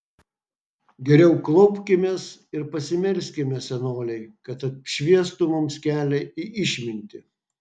geriau klaupkimės ir pasimelskime senolei kad apšviestų mums kelią į išmintį